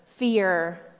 fear